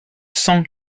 cent